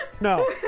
No